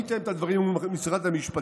מי יתאם את הדברים עם משרד המשפטים?